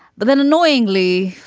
but then annoyingly,